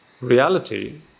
reality